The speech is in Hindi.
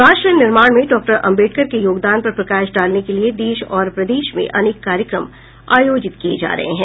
राष्ट्र निर्माण में डॉ आम्बेडकर के योगदान पर प्रकाश डालने के लिए देश और प्रदेश में अनेक कार्यक्रम आयोजित किए जा रहे हैं